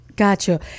Gotcha